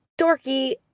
dorky